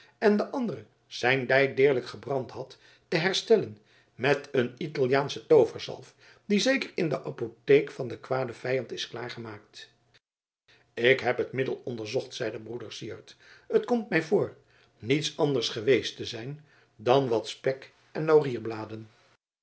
en de andere zijn dij deerlijk gebrand had te herstellen met een italiaansche tooverzalf die zeker in de apotheek van den kwaden vijand is klaar gemaakt ik heb het middel onderzocht zeide broeder syard het komt mij voor niets anders geweest te zijn dan wat spek en